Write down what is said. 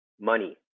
money